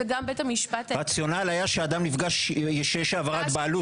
וגם בית המשפט --- הרציונל היה שאדם נפגע כשיש העברת בעלות.